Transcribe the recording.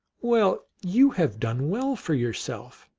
well, you have done well for yourself!